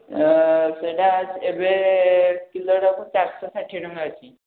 ସେଇଟା ଏବେ କିଲୋଟା'କୁ ଚାରିଶହ ଷାଠିଏ ଟଙ୍କା ଅଛି